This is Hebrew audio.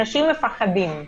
אנשים מפחדים.